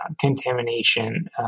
contamination